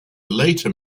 later